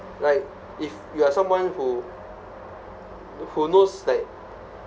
like if you are someone who who knows like